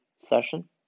session